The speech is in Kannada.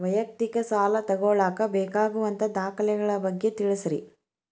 ವೈಯಕ್ತಿಕ ಸಾಲ ತಗೋಳಾಕ ಬೇಕಾಗುವಂಥ ದಾಖಲೆಗಳ ಬಗ್ಗೆ ತಿಳಸ್ರಿ